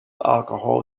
alcohol